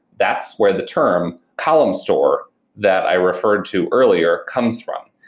that's where the term column store that i referred to earlier comes from.